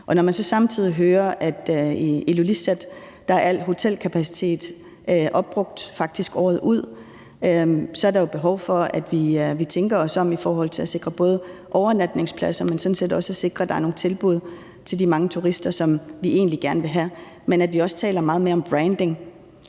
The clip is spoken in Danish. Når man så samtidig hører, at al hotelkapacitet i Ilulissat faktisk er opbrugt året ud, så er der jo behov for, at vi tænker os om i forhold til at sikre både overnatningspladser, men sådan set også, at der er nogle tilbud til de mange turister, som vi egentlig gerne vil have, men at vi også taler meget mere om branding.